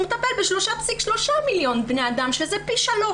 הוא מטפל ב-3.3 מיליון בני אדם שזה פי 3,